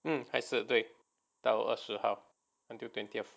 还是 right 对到二十号 until twentieth